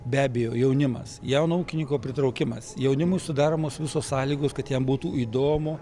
be abejo jaunimas jauno ūkininko pritraukimas jaunimui sudaromos visos sąlygos kad jam būtų įdomu